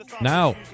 Now